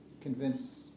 convince